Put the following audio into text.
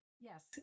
Yes